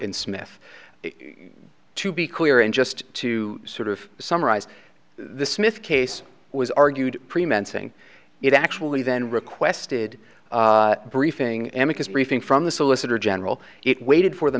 in smith to be clear and just to sort of summarize the smith case was argued preventing it actually then requested briefing and his briefing from the solicitor general it waited for the